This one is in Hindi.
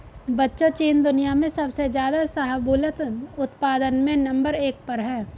बच्चों चीन दुनिया में सबसे ज्यादा शाहबूलत उत्पादन में नंबर एक पर है